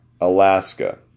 Alaska